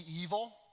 evil